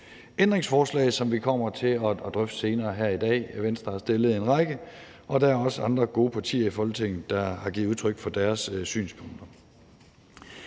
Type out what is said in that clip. ændringsforslag, som vi kommer til at drøfte senere her i dag. Venstre har stillet en række, og der er også andre gode partier i Folketinget, der har givet udtryk for deres synspunkter.